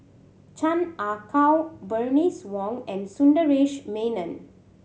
Chan Ah Kow Bernice Wong and Sundaresh Menon